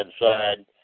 inside